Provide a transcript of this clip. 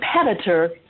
competitor